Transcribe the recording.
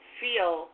feel